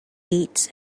beats